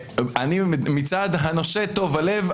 מצד הנושה טוב הלב,